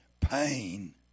pain